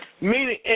meaning